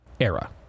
era